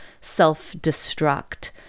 self-destruct